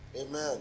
Amen